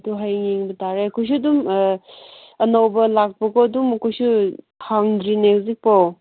ꯑꯗꯨ ꯍꯌꯦꯡ ꯌꯦꯡꯕ ꯇꯥꯔꯦ ꯑꯩꯈꯣꯏꯁꯨ ꯑꯗꯨꯝ ꯑꯅꯧꯕ ꯂꯥꯛꯄꯀꯣ ꯑꯗꯨꯝ ꯑꯩꯈꯣꯏꯁꯨ ꯍꯥꯡꯗ꯭ꯔꯤꯅꯦ ꯍꯧꯖꯤꯛ ꯐꯥꯎ